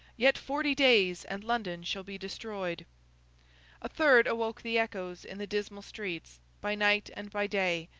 yet forty days, and london shall be destroyed a third awoke the echoes in the dismal streets, by night and by day,